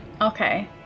Okay